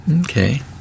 okay